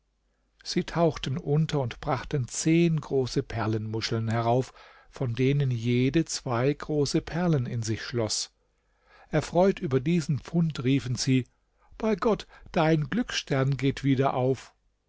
sie tauchten unter und brachten zehn große perlenmuscheln herauf von denen jede zwei große perlen in sich schloß erfreut über diesen fund riefen sie bei gott dein glücksstern geht wieder auf